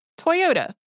Toyota